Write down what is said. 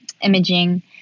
imaging